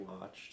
Watched